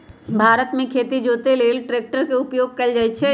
भारत मे खेती जोते लेल ट्रैक्टर के उपयोग कएल जाइ छइ